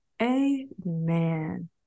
Amen